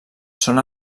són